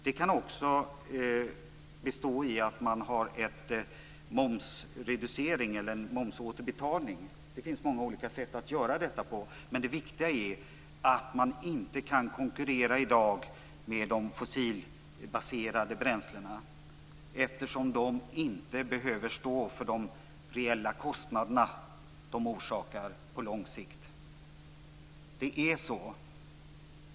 Det kan också bestå i att det sker en momsåterbetalning. Det finns många olika sätt att göra detta på. Men det viktiga är att man i dag inte kan konkurrera med de fossilbaserade bränslena, eftersom de inte behöver stå för de reella kostnaderna som de orsakar på lång sikt.